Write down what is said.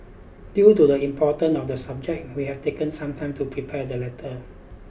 due to the importance of the subject we have taken some time to prepare the letter